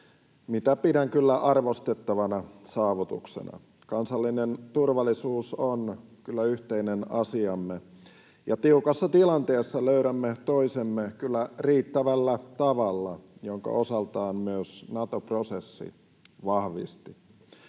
mitä pidän kyllä arvostettavana saavutuksena. Kansallinen turvallisuus on kyllä yhteinen asiamme, ja tiukassa tilanteessa löydämme toisemme kyllä riittävällä tavalla, minkä osaltaan myös Nato-prosessi vahvisti.